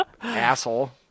asshole